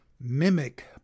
mimic